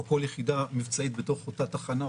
או כל יחידה מבצעית בתוך אותה תחנה,